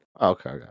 Okay